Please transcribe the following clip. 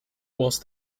whilst